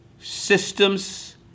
systems